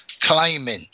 claiming